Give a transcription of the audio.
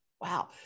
wow